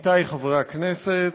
עמיתי חברי הכנסת,